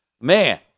man